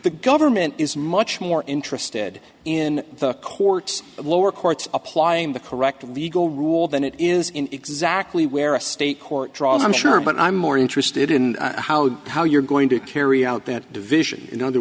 the government is much more interested in the courts of lower courts applying the correct legal rule than it is in exactly where a state court draw i'm sure but i'm more interested in how how you're going to carry out that division in other